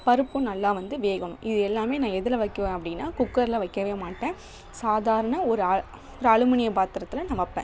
பருப்பும் நல்லா வந்து வேகணும் இது எல்லாமே நான் எதில் வக்குவேன் அப்படின்னா குக்கரில் வைக்கவே மாட்டேன் சாதாரண ஒரு அ அலுமினிய பாத்தரத்தில் நான் வைப்பேன்